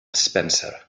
spencer